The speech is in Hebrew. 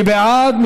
מי בעד?